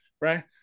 right